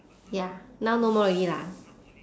ya now no more already lah